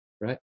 Right